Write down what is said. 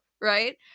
right